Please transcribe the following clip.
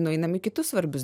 nueinam į kitus svarbius